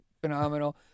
phenomenal